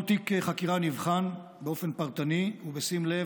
כל תיק חקירה נבחן באופן פרטני ובשים לב